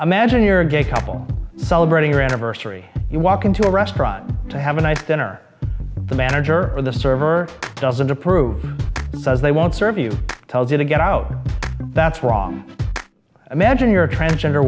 imagine you're a gay couple celebrating an anniversary you walk into a restaurant to have a nice day the manager or the server doesn't approve they won't serve you tells you to get out that's wrong imagine you're a transgender